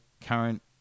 current